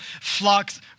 flocks